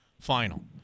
final